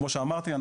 כמו שאמרתי,